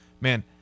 Man